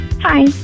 Hi